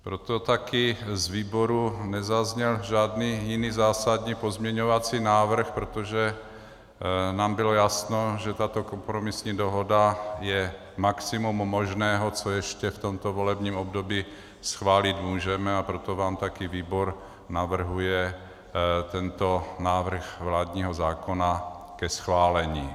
Proto také z výboru nezazněl žádný jiný zásadní pozměňovací návrh, protože nám bylo jasné, že tato kompromisní dohoda je maximum možného, co ještě v tomto volebním období schválit můžeme, a proto vám také výbor navrhuje tento návrh vládního zákona ke schválení.